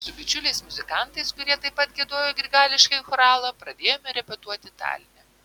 su bičiuliais muzikantais kurie taip pat giedojo grigališkąjį choralą pradėjome repetuoti taline